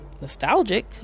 nostalgic